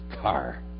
car